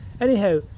anyhow